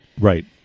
Right